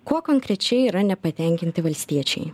kuo konkrečiai yra nepatenkinti valstiečiai